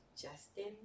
Justin